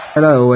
Hello